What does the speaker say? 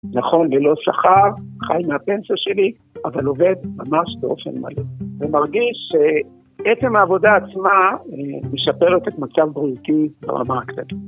נכון ללא שכר, חי מהפנסיה שלי, אבל עובד ממש באופן מלא. ומרגיש שעצם העבודה עצמה משפרת את מצב בריאותי ברמה...